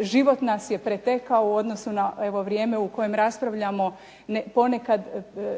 život nas je pretekao u odnosu na evo vrijeme u kojem raspravljamo. Ponekad